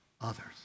others